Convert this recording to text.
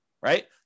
right